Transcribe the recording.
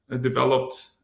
developed